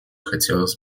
хотела